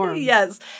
Yes